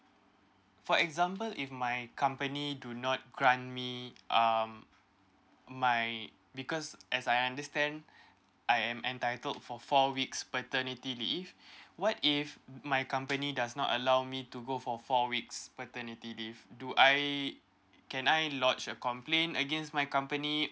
for example if my company do not grant me um my because as I understand I am entitled for four weeks paternity leave what if my company does not allow me to go for four weeks paternity leave do I can I lodge a complaint against my company